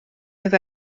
oedd